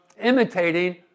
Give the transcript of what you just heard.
imitating